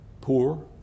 poor